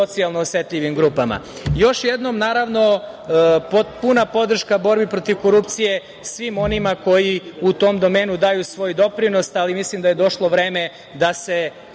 socijalno osetljivim grupama. Još jednom puna podrška borbi protiv korupcije svima onima koji u tom domenu daju svoj doprinos, ali mislim da je došlo vreme da se